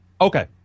okay